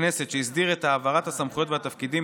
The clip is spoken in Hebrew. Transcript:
הכנסת שהסדיר את העברת הסמכויות והתפקידים,